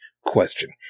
question